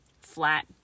flat